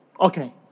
Okay